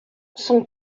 son